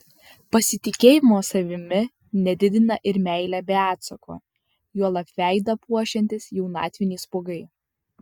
pasitikėjimo savimi nedidina ir meilė be atsako juolab veidą puošiantys jaunatviniai spuogai